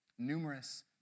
Numerous